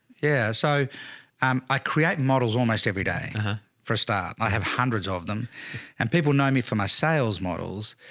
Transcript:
yeah, so um i create models almost every day for a start. i have hundreds of them and people know me for my sales models,